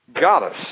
goddess